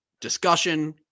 discussion